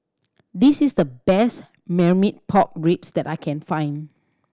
this is the best Marmite Pork Ribs that I can find